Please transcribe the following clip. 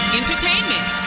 entertainment